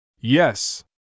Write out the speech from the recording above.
Yes